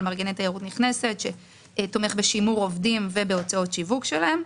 מארגני תיירות נכנסת שתומך בשימור עובדים ובהוצאות שיווק שלהם.